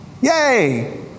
Yay